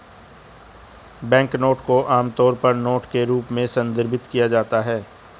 banknote को आमतौर पर नोट के रूप में संदर्भित किया जाता है